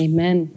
Amen